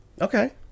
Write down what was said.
Okay